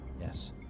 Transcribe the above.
Yes